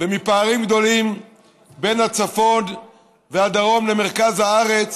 ומפערים גדולים בין הצפון והדרום למרכז הארץ.